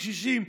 קשישים,